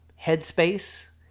headspace